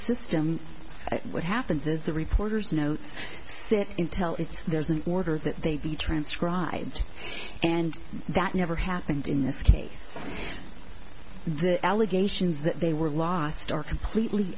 think what happens is the reporters notes step in tell it's there's an order that they be transcribed and that never happened in this case the allegations that they were lost are completely